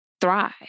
thrive